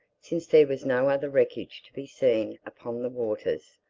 since there was no other wreckage to be seen upon the waters.